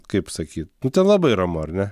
kaip sakyt nu ten labai ramu ar ne